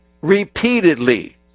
repeatedly